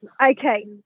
okay